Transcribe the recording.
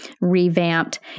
revamped